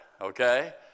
okay